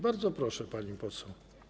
Bardzo proszę, pani poseł.